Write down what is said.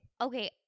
Okay